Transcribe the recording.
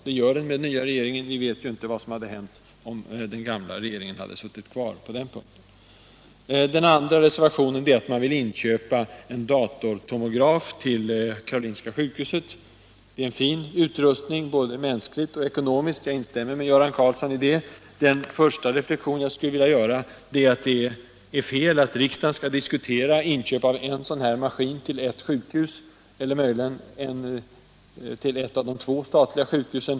Det sker under den nya regeringen. Inget vet vad som hade hänt om den gamla hade suttit kvar. Den andra reservationen handlar om att man vill inköpa en datortomograf till Karolinska sjukhuset. Det är en fin utrustning, både mänskligt och ekonomiskt, jag instämmer med Göran Karlsson i det. Den första reflexion jag vill göra är, att det är fel att riksdagen skall diskutera inköp av en sådan maskin till ett sjukhus, eller möjligen till ett av de två statliga sjukhusen.